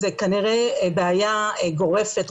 זו כנראה בעיה גורפת,